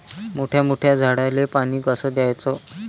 मोठ्या मोठ्या झाडांले पानी कस द्याचं?